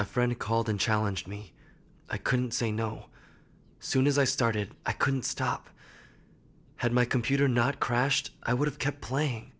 a friend called and challenge me i couldn't say no soon as i started i couldn't stop had my computer not crashed i would have kept playing